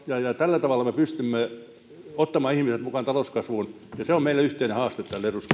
tällä tavalla me pystymme ottamaan ihmiset mukaan talouskasvuun ja se on meille yhteinen haaste